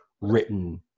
Written